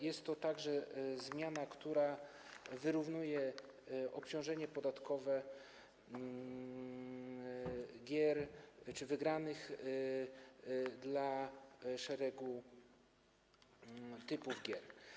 Jest to także zmiana, która wyrównuje obciążenie podatkowe gier czy wygranych dla szeregu typów gier.